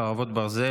חרבות ברזל),